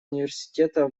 университета